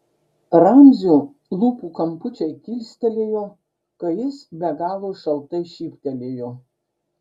ramzio lūpų kampučiai kilstelėjo kai jis be galo šaltai šyptelėjo